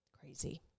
crazy